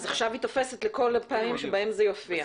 עכשיו היא תופסת לכל הפעמים שבהם זה יופיע.